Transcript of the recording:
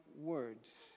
words